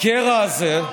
הקרע הזה,